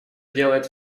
делает